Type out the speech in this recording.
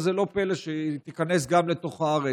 אז לא פלא שהיא תיכנס גם לתוך הארץ,